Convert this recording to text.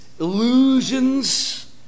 illusions